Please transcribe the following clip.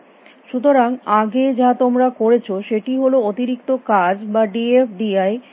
সুতরাং আগে যা তোমরা করেছ সেটি হল অতিরিক্ত কাজ যা ডি এফ আই ডি করছে